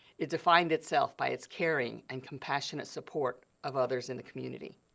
it defined itself by its caring and compassionate support of others in the community.